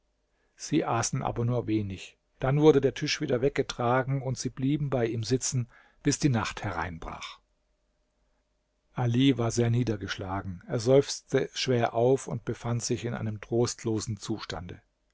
sie aßen aber nur wenig dann wurde der tisch wieder weggetragen und sie blieben bei ihm sitzen bis die nacht hereinbrach ali war sehr niedergeschlagen er seufzte schwer auf und befand sich in einem trostlosen zustande